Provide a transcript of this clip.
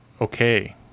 okay